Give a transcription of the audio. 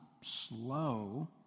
slow